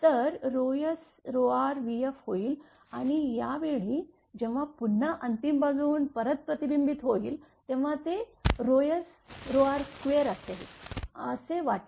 तर srvf होईल आणि या वेळी जेव्हा पुन्हा अंतिम बाजूऊन परत प्रतिबिंबित होईल तेव्हा ते sr2 असेल असे वाटेल